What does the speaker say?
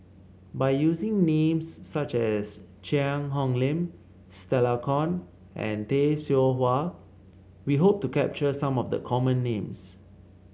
by using names such as Cheang Hong Lim Stella Kon and Tay Seow Huah we hope to capture some of the common names